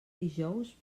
dijous